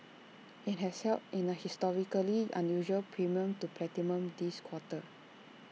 IT has held in A historically unusual premium to platinum this quarter